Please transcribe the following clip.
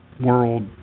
world